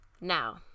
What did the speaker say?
Now